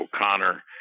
O'Connor